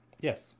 Yes